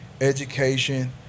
education